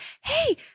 hey